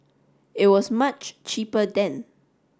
it was much cheaper then